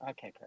Okay